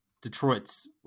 Detroit's